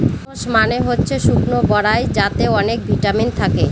prunes মানে হচ্ছে শুকনো বরাই যাতে অনেক ভিটামিন থাকে